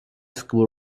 school